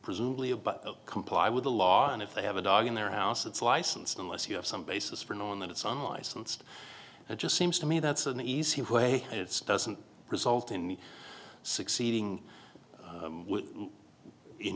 presumably about comply with the law and if they have a dog in their house it's license unless you have some basis for knowing that it's unlicensed it just seems to me that's an easy way it's doesn't result in succeeding